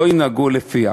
לא ינהגו לפיה.